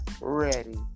ready